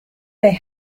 they